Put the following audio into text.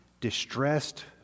distressed